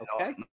okay